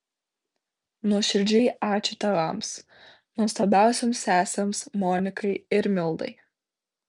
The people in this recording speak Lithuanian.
nuoširdžiai ačiū tėvams nuostabiausioms sesėms monikai ir mildai